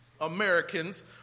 Americans